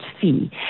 fee